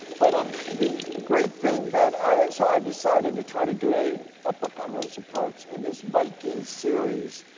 but, um the great thing that i, so i decided to try to do a ah book on rosa parks. and, this viking series,